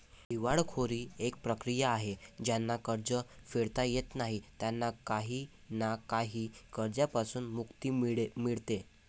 दिवाळखोरी एक प्रक्रिया आहे ज्यांना कर्ज फेडता येत नाही त्यांना काही ना काही कर्जांपासून मुक्ती मिडते